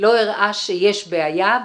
לא הראה שיש בעיה,